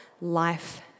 life